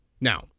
Now